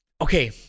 Okay